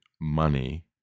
money